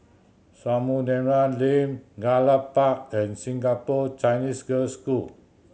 Samudera Lane Gallop Park and Singapore Chinese Girls' School